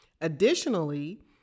Additionally